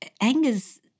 Angers